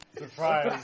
Surprise